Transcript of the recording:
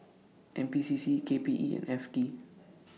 N P C C K P E and F T